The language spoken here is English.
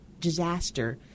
disaster